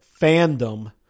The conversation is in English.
fandom